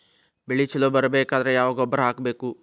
ಬೆಳಿ ಛಲೋ ಬರಬೇಕಾದರ ಯಾವ ಗೊಬ್ಬರ ಹಾಕಬೇಕು?